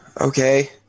Okay